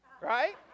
Right